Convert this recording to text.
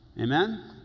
Amen